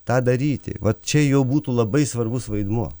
tą daryti va čia jo būtų labai svarbus vaidmuo